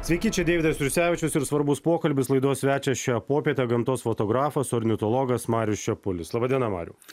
sveiki čia deividas jursevičius ir svarbus pokalbis laidos svečias šią popietę gamtos fotografas ornitologas marius čepulis laba diena mariau